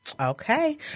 Okay